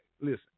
listen